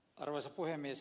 arvoisa puhemies